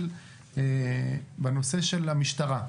בנושא של המשטרה,